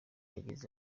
yageze